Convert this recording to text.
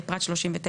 בפרט 39,